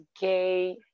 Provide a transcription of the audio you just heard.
gay